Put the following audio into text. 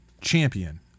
champion